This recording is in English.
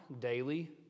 daily